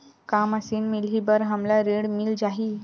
का मशीन मिलही बर हमला ऋण मिल जाही?